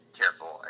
careful